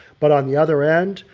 but on the other end,